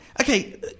Okay